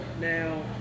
Now